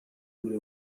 dura